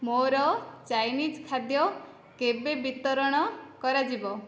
ମୋର ଚାଇନିଜ୍ ଖାଦ୍ୟ କେବେ ବିତରଣ କରାଯିବ